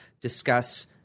discuss